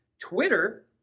Twitter